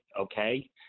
okay